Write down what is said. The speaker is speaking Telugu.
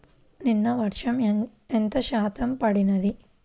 నిన్న వర్షము ఎంత శాతము పడినది?